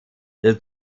der